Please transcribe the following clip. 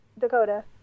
Dakota